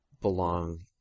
belong